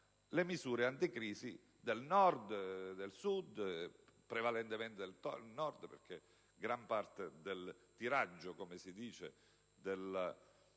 le misure anticrisi del Nord e del Sud, ma prevalentemente del Nord, dato che gran parte del tiraggio - come si dice - della